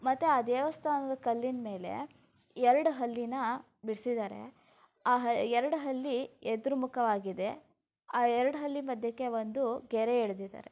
ಮತ್ತು ಆ ದೇವಸ್ಥಾನದ ಕಲ್ಲಿನ ಮೇಲೆ ಎರಡು ಹಲ್ಲೀನ ಬಿಡಿಸಿದ್ದಾರೆ ಆ ಹ ಎರಡು ಹಲ್ಲಿ ಎದುರು ಮುಖವಾಗಿದೆ ಆ ಎರಡು ಹಲ್ಲಿ ಮಧ್ಯಕ್ಕೆ ಒಂದು ಗೆರೆ ಎಳ್ದಿದ್ದಾರೆ